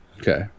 okay